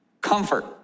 comfort